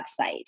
website